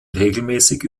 regelmässig